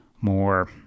more